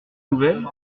nouvelle